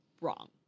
wrong